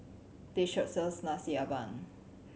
this shop sells Nasi Ambeng